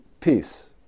peace